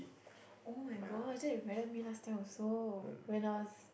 [oh]-my-gosh that reminded me last time also when I was